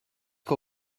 que